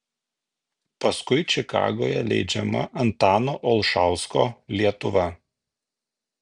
paskui čikagoje leidžiama antano olšausko lietuva